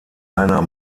heiner